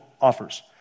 offers